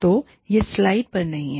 तो यह स्लाइड पर नहीं है